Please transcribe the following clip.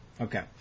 Okay